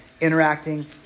interacting